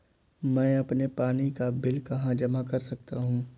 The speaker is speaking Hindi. मैं अपने पानी का बिल कहाँ जमा कर सकता हूँ?